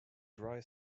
dry